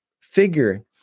figure